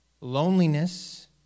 loneliness